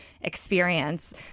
experience